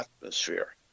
atmosphere